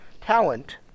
talent